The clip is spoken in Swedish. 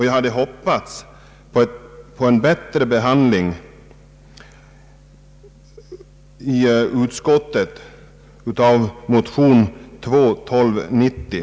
Jag hade hoppats på en bättre behandling i utskottet av motion II: 1290.